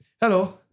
hello